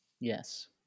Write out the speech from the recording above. Yes